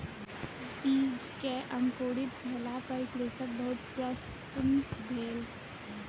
बीज के अंकुरित भेला पर कृषक बहुत प्रसन्न भेल